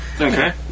Okay